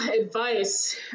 Advice